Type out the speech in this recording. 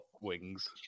wings